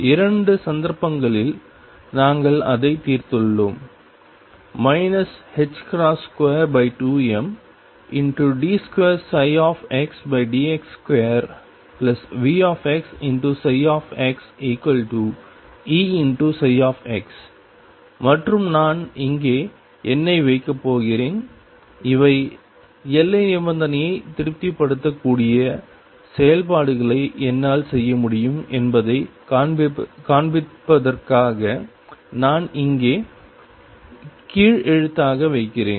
இரண்டு சந்தர்ப்பங்களில் நாங்கள் அதைத் தீர்த்துள்ளோம் 22md2xdx2VxxEψ மற்றும் நான் இங்கே n ஐ வைக்கப் போகிறேன் இவை எல்லை நிபந்தனையை திருப்திப்படுத்தக்கூடிய செயல்பாடுகளை என்னால் செய்ய முடியும் என்பதைக் காண்பிப்பதற்காக நான் இங்கே கீழ்எழுத்தாக வைக்கிறேன்